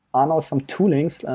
ah know some toolings.